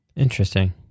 Interesting